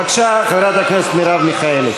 בבקשה, חברת הכנסת מרב מיכאלי.